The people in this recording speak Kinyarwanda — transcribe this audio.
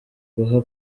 guha